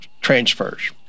transfers